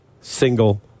single